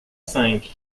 cinq